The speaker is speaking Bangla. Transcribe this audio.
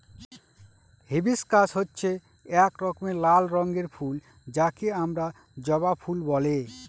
হিবিস্কাস হচ্ছে এক রকমের লাল রঙের ফুল যাকে আমরা জবা ফুল বলে